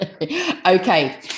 okay